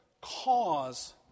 cause